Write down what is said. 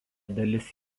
dalis